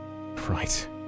Right